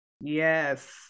Yes